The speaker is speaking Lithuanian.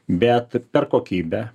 bet per kokybę